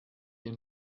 hier